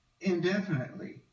indefinitely